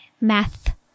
math